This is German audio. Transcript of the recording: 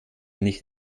nicht